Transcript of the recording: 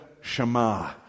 shema